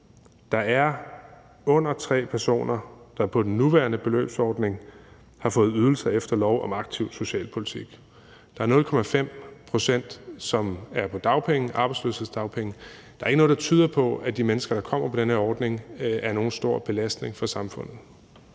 der er under tre personer, der på den nuværende beløbsordning har fået ydelser efter lov om aktiv socialpolitik, og der er 0,5 pct., som er på arbejdsløshedsdagpenge. Der er ikke noget, der tyder på, at de mennesker, der kommer på den her ordning, er nogen stor belastning for samfundet.